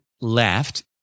left